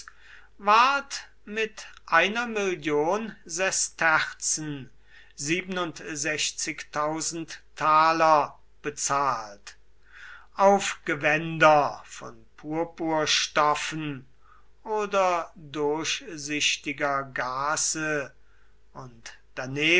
ward mit einer million sesterzen bezahlt auf gewänder von purpurstoffen oder durchsichtiger gaze und